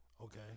Okay